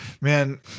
Man